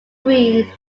green